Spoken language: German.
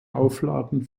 aufladen